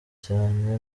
cyane